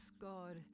God